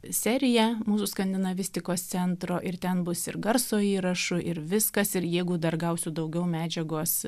serija mūsų skandinavistikos centro ir ten bus ir garso įrašų ir viskas ir jeigu dar gausiu daugiau medžiagos